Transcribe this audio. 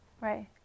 right